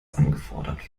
angefordert